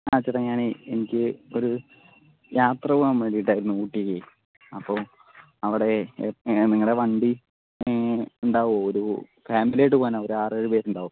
ആ ചേട്ടാ ഞാനേ എനിക്ക് ഒരു യാത്ര പോകാൻ വേണ്ടിയിട്ടായിരുന്നു ഊട്ടിയിൽ അപ്പോൾ അവിടെ നിങ്ങളുടെ വണ്ടി ഉണ്ടാകുമൊ ഒരു ഫാമിലിയായിട്ട് പോകാനാണ് ഒരു ആറ് ഏഴ് പേര് ഉണ്ടാവും